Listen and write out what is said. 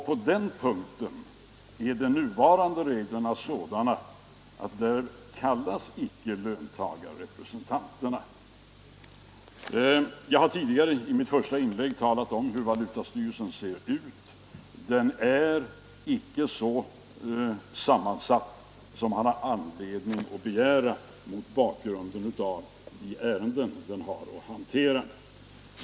På den punkten är de nuvarande reglerna sådana att löntagarrepresentanterna inte kallas. Jag har i mitt första inlägg talat om hur valutastyrelsen ser ut. Den har icke den sammansättning som man har anledning att begära mot bakgrunden av de ärenden den har att behandla.